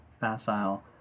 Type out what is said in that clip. facile